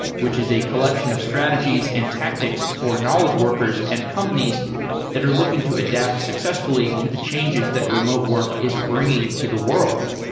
which is a collection of strategies and tactics for knowledge workers and companies that are looking to adapt successfully to the changes that remote work is bringing to the world.